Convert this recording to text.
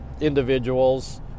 individuals